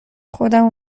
خودمو